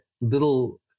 little